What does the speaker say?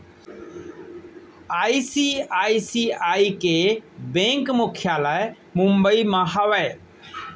ICICI के bank मुख्यालय मुंबई म हावय